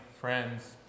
friends